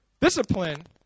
Discipline